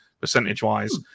percentage-wise